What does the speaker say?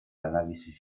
análisis